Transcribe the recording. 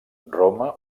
roma